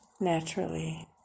naturally